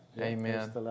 Amen